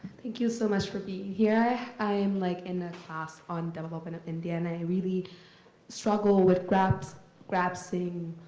thank you so much for being here. i am like in the class on double up and open india. and i really struggle with grasping grasping